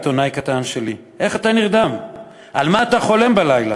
עיתונאי קטן שלי / איך אתה נרדם / על מה אתה חולם בלילה,